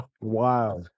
wow